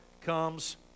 comes